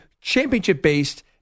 championship-based